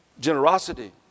generosity